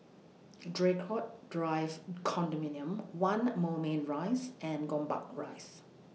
Draycott Drive Condominium one Moulmein Rise and Gombak Rise